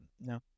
no